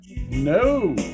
No